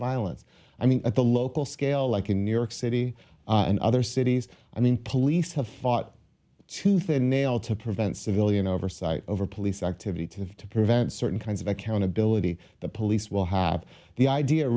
violence i mean at the local scale like in new york city and other cities i mean police have fought tooth and nail to prevent civilian oversight over police activity to to prevent certain kinds of accountability the police will have the idea